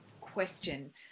question